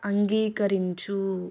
అంగీకరించు